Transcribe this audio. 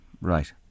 Right